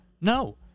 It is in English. No